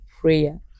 prayer